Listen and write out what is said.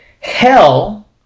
hell